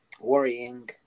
worrying